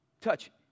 touch